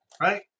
right